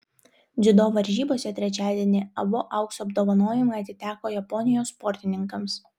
dziudo varžybose trečiadienį abu aukso apdovanojimai atiteko japonijos sportininkams